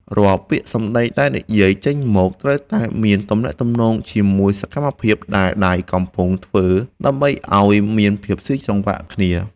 រាល់ពាក្យសម្តីដែលនិយាយចេញមកត្រូវតែមានទំនាក់ទំនងជាមួយសកម្មភាពដែលដៃកំពុងធ្វើដើម្បីឱ្យមានភាពស៊ីសង្វាក់គ្នា។